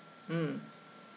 mm